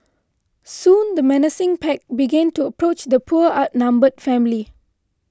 soon the menacing pack began to approach the poor outnumbered family